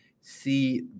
see